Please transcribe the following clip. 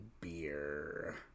beer